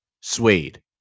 suede